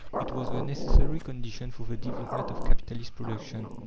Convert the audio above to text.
it was the necessary condition for the development of capitalist production,